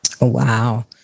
Wow